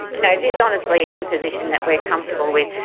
no, this honestly is a position that we're comfortable with.